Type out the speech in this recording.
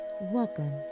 welcome